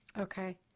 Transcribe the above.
Okay